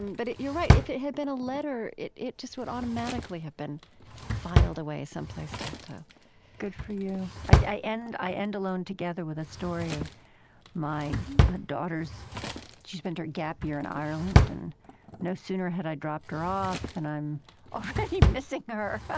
um but you're right. if it had been a letter, it it just would automatically have been filed away someplace tactile good for you. i end i end alone together with a story of my daughter's she spent her gap year in ireland. and no sooner had i dropped her off than i'm already missing her.